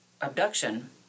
abduction